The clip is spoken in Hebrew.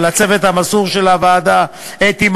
ולצוות המסור של הוועדה: אתי,